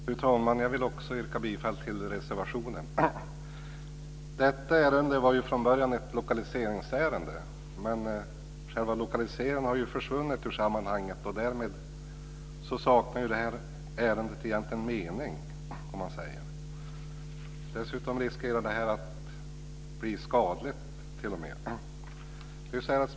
Fru talman! Också jag vill yrka bifall till reservationen. Detta ärende var från början ett lokaliseringsärende. Men själva lokaliseringen har försvunnit ur sammanhanget. Därmed saknar ärendet egentligen mening. Dessutom riskerar det t.o.m. att bli skadligt.